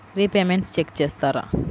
Repayments check చేస్తారా?